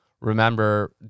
remember